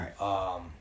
right